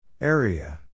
Area